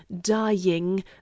dying